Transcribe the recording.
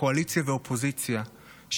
קואליציה ואופוזיציה,